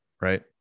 right